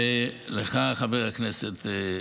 ולך, חבר הכנסת,